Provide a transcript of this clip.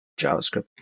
JavaScript